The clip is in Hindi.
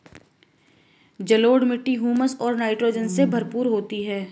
जलोढ़ मिट्टी हृयूमस और नाइट्रोजन से भरपूर होती है